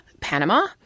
Panama